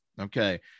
okay